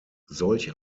solch